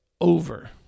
over